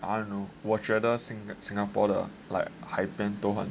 but I don't know 我觉得 Singapore 的海边都很